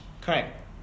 Correct